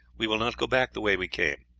we will not go back the way we came,